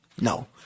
no